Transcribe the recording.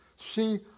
see